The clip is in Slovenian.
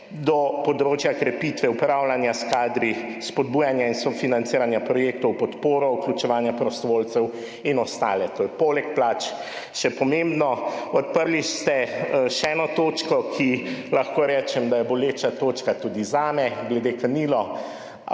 do področja krepitve upravljanja s kadri, spodbujanja in sofinanciranja projektov v podporo, vključevanja prostovoljcev in ostale. To je poleg plač še pomembno. Odprli ste še eno točko, za katero lahko rečem, da je boleča točka tudi zame, glede kanil.